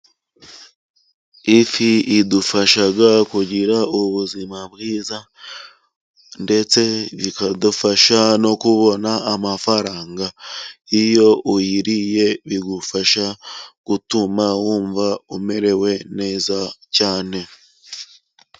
Ifi idufasha kugira ubuzima bwiza, ndetse bikadufasha no kubona amafaranga, iyo uyiriye bigufasha gutuma wumva umerewe neza cyane.